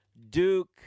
Duke